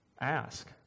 ask